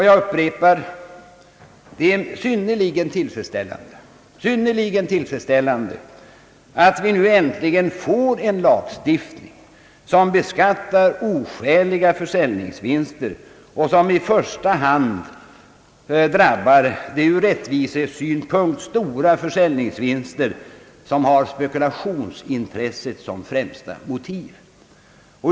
Jag upprepar att det är synnerligen tillfredsställande att vi nu äntligen får en lagstiftning som beskattar oskäliga försäljningsvinster och i första hand drabbar de ur rättvisesynpunkt stora försäljningsvinster som har spekulationsintresset som främsta motiv.